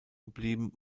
geblieben